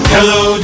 Hello